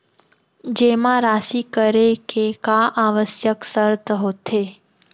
जेमा राशि करे के का आवश्यक शर्त होथे?